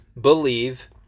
believe